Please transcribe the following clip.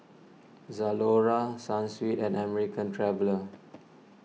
Zalora Sunsweet and American Traveller